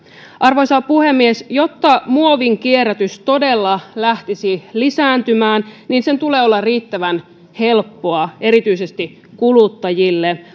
arvoisa puhemies jotta muovin kierrätys todella lähtisi lisääntymään sen tulee olla riittävän helppoa erityisesti kuluttajille